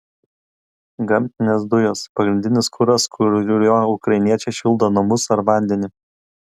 gamtinės dujos pagrindinis kuras kuriuo ukrainiečiai šildo namus ar vandenį